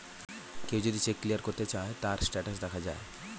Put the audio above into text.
কেউ যদি cheque clear করতে চায়, তার স্টেটাস দেখা যায়